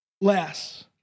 less